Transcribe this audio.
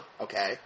okay